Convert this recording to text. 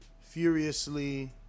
furiously